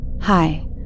hi